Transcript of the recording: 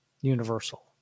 Universal